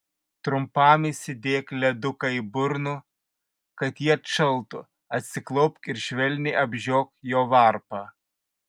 trumpam įsidėk leduką į burną kad ji atšaltų atsiklaupk ir švelniai apžiok jo varpą